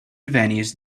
revenues